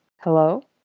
Hello